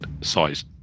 size